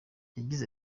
yagize